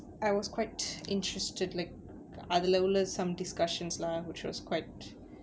I was quite interested like அதுல உள்ள:athula ulla some discussions lah which was quite